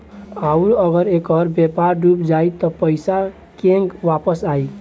आउरु अगर ऐकर व्यापार डूब जाई त पइसा केंग वापस आई